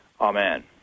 amen